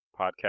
podcast